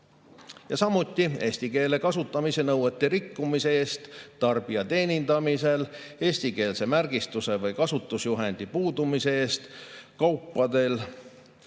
Samuti eesti keele kasutamise nõuete rikkumise eest tarbija teenindamisel, eestikeelse märgistuse või kasutusjuhendi puudumise eest kaupadel